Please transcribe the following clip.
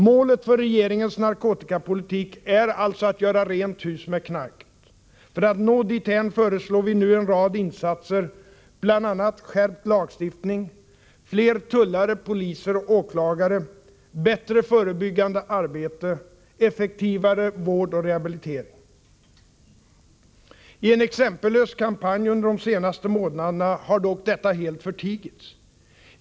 Målet för regeringens narkotikapolitik är alltså att göra rent hus med knarket. För att nå dithän föreslår vi nu en rad insatser; bl.a. I en exempellös kampanj under de senaste månaderna har detta dock helt förtigits.